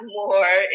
more